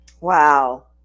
Wow